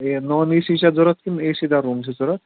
یہِ non A C چھ ضوٚرَتھ کِنہٕ اے سی دار روٗم چھِ ضوٚرَتھ